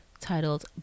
titled